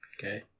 Okay